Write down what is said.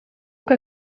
que